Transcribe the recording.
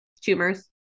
Tumors